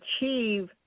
achieve